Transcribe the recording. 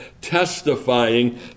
testifying